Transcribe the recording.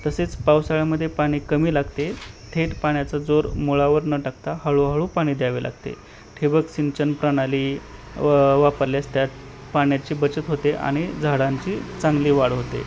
तसेच पावसाळ्यामध्ये पाणी कमी लागते थेट पाण्याचा जोर मुळावर न टाकता हळूहळू पाणी द्यावे लागते ठिबक सिंचन प्रणाली वा वापरल्यास त्यात पाण्याची बचत होते आणि झाडांची चांगली वाढ होते